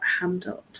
handled